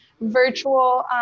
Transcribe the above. virtual